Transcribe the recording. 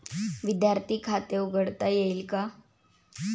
विद्यार्थी खाते उघडता येईल का?